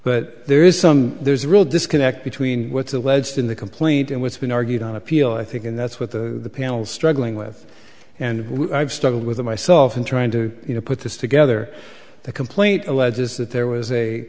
but there is some there's a real disconnect between what's alleged in the complaint and what's been argued on appeal i think and that's what the panel struggling with and i've struggled with myself in trying to put this together the complaint alleges that there was a